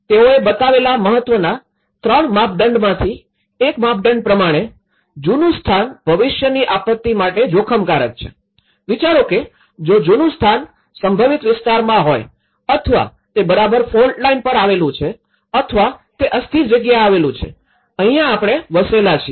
તેઓએ બતાવેલા મહત્વના ત્રણ માપદંડમાંથી એક માપદંડ પ્રમાણે જૂનું સ્થાન ભવિષ્યની આપત્તિ માટેનું જોખમકારક છે વિચારો કે જો જૂનું સ્થાન સંભવિત વિસ્તારમાં હોય અથવા તે બરાબર ફોલ્ટ લાઈન પર આવેલું છે અથવા તે અસ્થિર જગ્યાએ આવેલું છે અહીંયા આપણે વસેલા છીએ